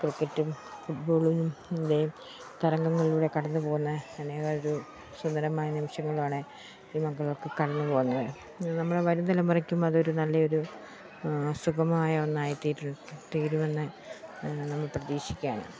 ക്രിക്കറ്റും ഫുട് ബോളും ൻ്റെയും തരംഗങ്ങളിലൂടെ കടന്നു പോകുന്ന അനേക ഒരു സുന്ദരമായ നിമിഷങ്ങളാണ് ഈ മക്കളൊക്കെ കടന്നു പോകുന്നതെ നമ്മുടെ വരും തലമുറയ്ക്കും അതൊരു നല്ലയൊരു സുഗമമായ ഒന്നായി തീരു തീരുമെന്നെ നമ്മൾ പ്രതീക്ഷിക്കാണ്